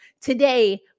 today